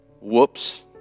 Whoops